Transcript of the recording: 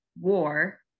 war